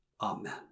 Amen